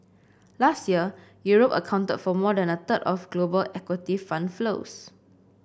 last year Europe accounted for more than a third of global equity fund flows